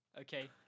Okay